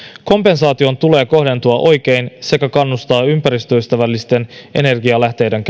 kompensaation tulee kohdentua oikein sekä kannustaa ympäristöystävällisten energialähteiden